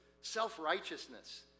self-righteousness